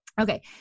okay